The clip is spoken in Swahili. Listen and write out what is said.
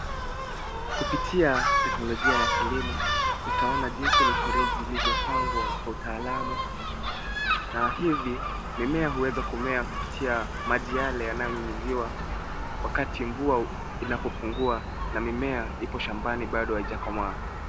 Kupitia teknolojia ya kilimo utaona jinsi mifereji ilivyopangwa kwa utalaamu na hivi mimea hueza kumea kupitia maji yale yanayonyunyiziwa wakati mvua inapopungua na mimea ipo shambani bado haijakomaa.